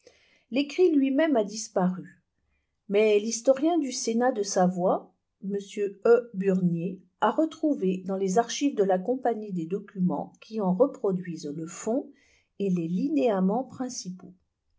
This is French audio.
l'écrit lui-même a disparu mais l'historien du sénat de savoie m e burnier a retrouvé daas les archives de la compagnie des documents qui en reproduisent le fond et les linéaments principaux